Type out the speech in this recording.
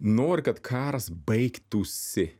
nori kad karas baigtųsi